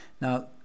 Now